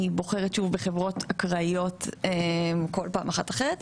אני בוחרת בחברות אקראיות כל פעם באחת אחרת.